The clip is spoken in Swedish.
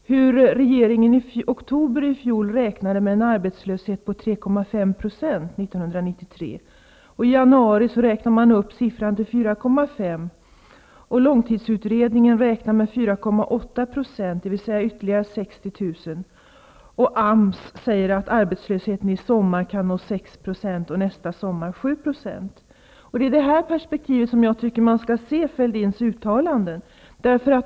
I oktober i fjol räknade regeringen med en arbetslöshet på 3,5 % för år 1993. I januari räknade man upp siffran till 4,5 %. Långtidsutredningen räknar med 4,8 %, dvs. ytterligare 60 000. AMS säger att arbetslösheten i sommar kan nå 6 % och nästa sommar 7 %. Det är i det här perspektivet som jag tycker att man skall se Fälldins uttalanden.